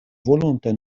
volonte